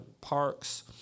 parks